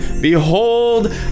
Behold